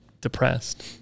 depressed